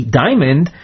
diamond